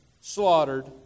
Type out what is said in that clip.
slaughtered